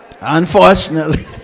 Unfortunately